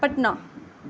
Patna